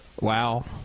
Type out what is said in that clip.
Wow